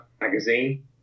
magazine